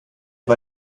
war